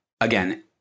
Again